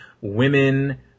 women